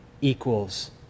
equals